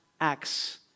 acts